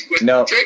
No